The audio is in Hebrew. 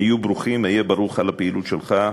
היו ברוכים, היה ברוך על הפעילות שלך.